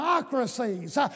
democracies